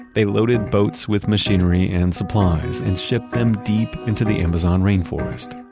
they loaded boats with machinery and supplies and shipped them deep into the amazon rainforest.